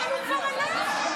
אבל הוא כבר ענה.